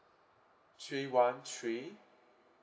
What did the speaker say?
three one three